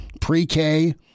pre-K